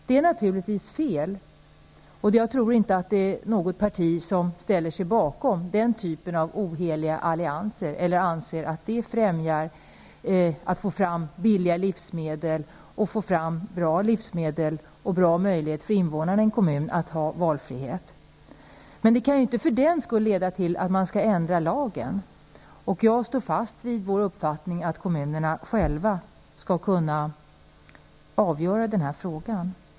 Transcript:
Det är naturligtvis fel, och jag tror inte att något parti ställer sig bakom den typen av oheliga allianser eller anser att detta främjar framtagandet av billiga och bra livsmedel eller att det ger bra möjligheter för invånarna i en kommun till valfrihet. Men detta kan inte leda till att man ändrar lagen. Jag står därför fast vid vår uppfattning att kommunerna själva skall kunna avgöra denna fråga.